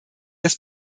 das